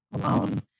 alone